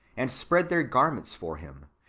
and spread their garments for him,